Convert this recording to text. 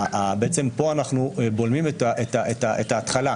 כאן אנחנו בולמים את ההתחלה.